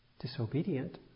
disobedient